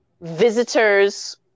visitors